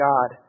God